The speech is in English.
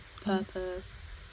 purpose